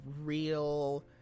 real